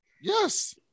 Yes